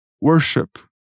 worship